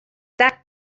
that